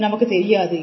இது நமக்கு தெரியாது